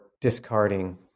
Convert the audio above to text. discarding